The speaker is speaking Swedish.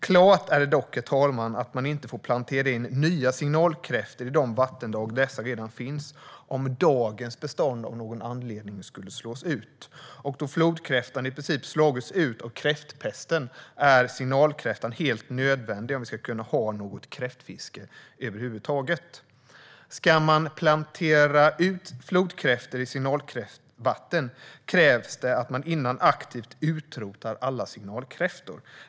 Klart är dock att man inte får plantera in nya signalkräftor i de vattendrag där dessa redan finns om dagens bestånd av någon anledning skulle slås ut. Då flodkräftan i princip slagits ut av kräftpesten är signalkräftan helt nödvändig om vi ska kunna ha något kräftfiske över huvud taget. Ska man plantera ut flodkräftor i signalkräftvatten krävs det att man först aktivt utrotar alla signalkräftor.